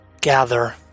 gather